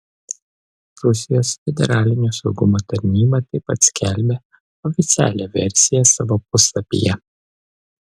rusijos federalinio saugumo tarnyba taip pat skelbia oficialią versiją savo puslapyje